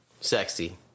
Sexy